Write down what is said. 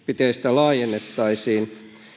laajennettaisiin